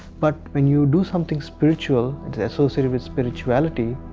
but, when you do something spiritual and associated with spirituality,